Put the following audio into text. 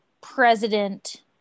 president